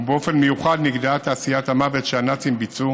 ובמיוחד נגדעה תעשיית המוות שהנאצים ביצעו